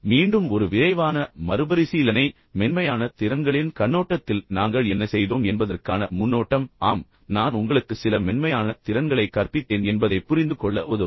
இப்போது மீண்டும் ஒரு விரைவான மறுபரிசீலனை மென்மையான திறன்களின் கண்ணோட்டத்தில் நாங்கள் என்ன செய்தோம் என்பதற்கான முன்னோட்டம் ஆம் உண்மையில் நான் உண்மையில் உங்களுக்கு சில மென்மையான திறன்களைக் கற்பித்தேன் என்பதைப் புரிந்துகொள்ள உதவும்